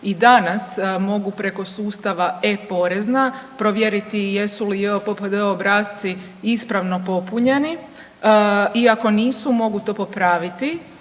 i danas mogu preko sustava e-Porezna provjeriti jesu li JOPPD obrasci ispravno popunjeni i ako nisu, mogu to popraviti